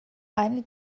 eine